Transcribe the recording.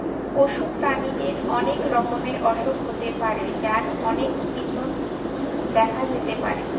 পশু প্রাণীদের অনেক রকমের অসুখ হতে পারে যার অনেক চিহ্ন দেখা যেতে পারে